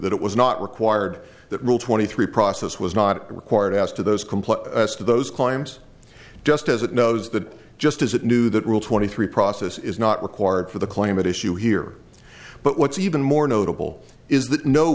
that it was not required that rule twenty three process was not required as to those complex of those claims just as it knows that just as it knew that rule twenty three process is not required for the claim at issue here but what's even more notable is